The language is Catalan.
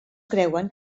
creuen